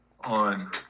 on